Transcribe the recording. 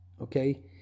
Okay